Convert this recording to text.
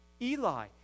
Eli